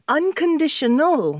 unconditional